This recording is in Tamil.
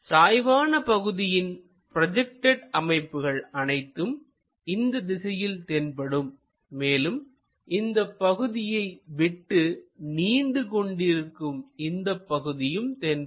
சாய்வான பகுதியின் ப்ரோஜெக்டெட் அமைப்புகள் அனைத்தும் இந்த திசையில் தென்படும் மேலும் இந்தப் பகுதியை விட்டு நீண்டு கொண்டிருக்கும் இந்தப் பகுதியும் தென்படும்